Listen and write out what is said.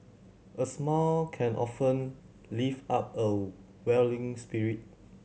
a smile can often lift up a weary spirit